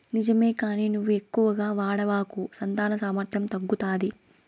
నిజమే కానీ నువ్వు ఎక్కువగా వాడబాకు సంతాన సామర్థ్యం తగ్గుతాది